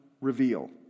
reveal